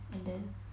and then